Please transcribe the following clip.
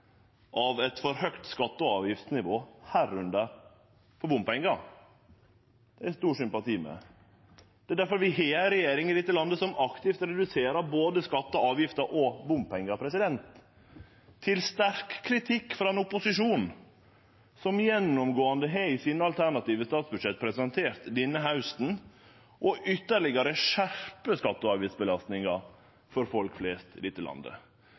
av eit for høgt skatte- og avgiftsnivå, medrekna bompengar. Dei har eg stor sympati med. Det er difor vi har ei regjering i dette landet som aktivt reduserer både skattar og avgifter og bompengar, til sterk kritikk frå ein opposisjon som gjennomgåande har presentert, i dei alternative statsbudsjetta sine denne hausten, å skjerpe skatte- og avgiftsbelastinga ytterlegare for folk flest i dette landet.